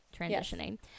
transitioning